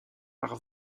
par